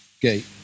gate